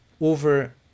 over